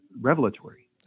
revelatory